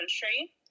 country